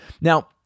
Now